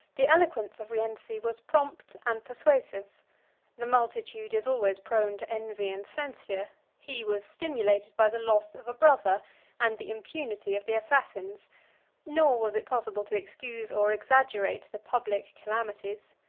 the eloquence of rienzi was prompt and persuasive the multitude is always prone to envy and censure he was stimulated by the loss of a brother and the impunity of the assassins nor was it possible to excuse or exaggerate the public calamities.